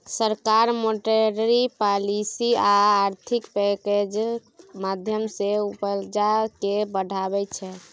सरकार monetary policy आ आर्थिक पैकैजक माध्यमँ सँ उपजा केँ बढ़ाबै छै